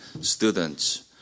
students